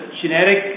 genetic